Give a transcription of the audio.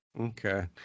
Okay